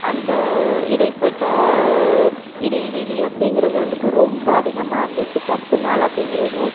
அந்த இடைப்பட்ட இடைவெளி அப்படிங்கிறது வந்துட்டு ரொம்ப அதிகமா இருந்துச்சு பத்து நாள் அப்படிங்கிறதும்